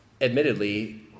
admittedly